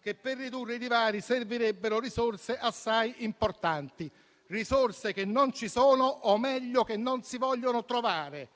che per ridurre i divari servirebbero risorse assai importanti, che non ci sono (o, meglio, che non si vogliono trovare).